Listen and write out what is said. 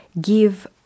give